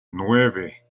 nueve